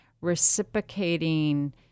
reciprocating